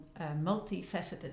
multifaceted